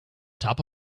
top